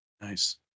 Nice